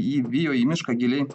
jį vijo į mišką giliai